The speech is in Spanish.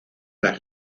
las